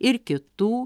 ir kitų